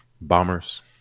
Bombers